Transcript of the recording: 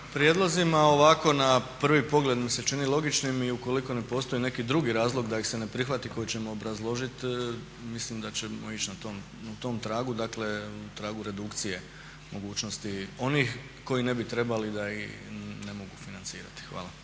prijedlozima. Ovako na prvi pogled mi se čine logičnim i ukoliko ne postoji neki drugi razlog da ih se ne prihvati koji ćemo obrazložiti mislim da ćemo ići na tom tragu, dakle tragu redukcije mogućnosti onih koji ne bi trebali da ih ne mogu financirati. Hvala.